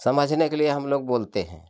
समझने के लिए हम लोग बोलते हैं